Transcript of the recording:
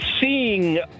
seeing